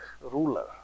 ruler